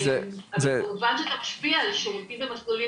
כמובן שזה משפיע על שירותים ומסלולים